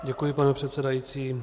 Děkuji, pane předsedající.